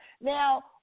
Now